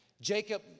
Jacob